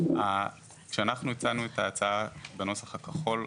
כשאנחנו הצענו את ההצעה בנוסח הכחול,